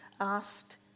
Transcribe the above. asked